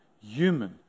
human